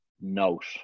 note